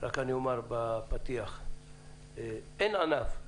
אני רק אומר בפתיח שאין ענף,